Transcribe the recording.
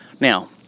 Now